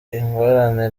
ingorane